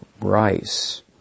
rice